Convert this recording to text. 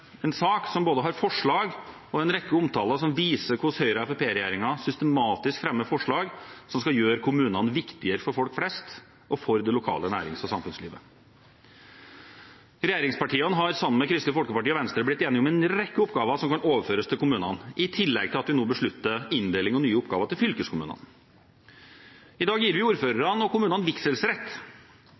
en sak som har både forslag og en rekke omtaler som viser hvordan Høyre–Fremskrittsparti-regjeringen systematisk fremmer forslag som skal gjøre kommunene viktigere for folk flest og for det lokale nærings- og samfunnslivet. Regjeringspartiene har sammen med Kristelig Folkeparti og Venstre blitt enige om en rekke oppgaver som kan overføres til kommunene, i tillegg til at vi nå beslutter inndeling av og nye oppgaver til fylkeskommunene. I dag gir vi ordførerne og kommunene